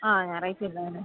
ആ ഞായറാഴ്ച ഇല്ല അല്ലെ